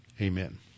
Amen